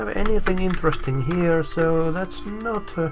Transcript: um anything interesting here, so that's not